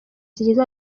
zigize